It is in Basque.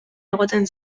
egoten